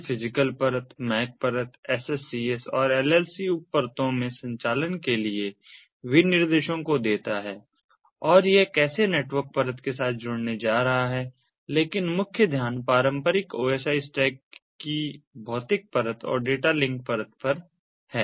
यह फिजिकल परत MAC परत SSCS और LLC उप परतों में संचालन के लिए विनिर्देशों को देता है और ये कैसे नेटवर्क परत के साथ जुड़ने जा रहे हैं लेकिन मुख्य ध्यान पारंपरिक OSI स्टैक के भौतिक परत और डेटा लिंक परत पर है